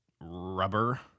rubber